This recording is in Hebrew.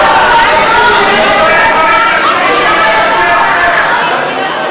ייצוג הולם לנשים בבחירות לרשויות המקומיות),